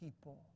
people